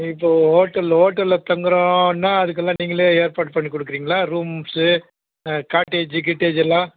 இப்போது ஹோட்டல் ஹோட்டலில் தங்குகிறோன்னா அதுக்கெல்லாம் நீங்களே ஏற்பாடு பண்ணிக் கொடுக்குறிங்களா ரூம்ஸு காட்டேஜி கீட்டேஜெல்லாம்